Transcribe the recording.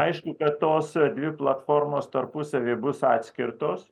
aišku kad tos dvi platformos tarpusavy bus atskirtos